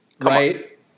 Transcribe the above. Right